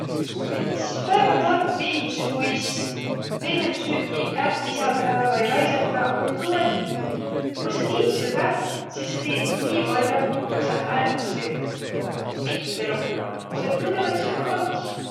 Üts väega tark viis, kuis veidemb süüki ärq visadaq vai raisadaq, om tuu, et ku sa tiit süvväq, sis sa tiit niipall'o, ku sa ärq süüt.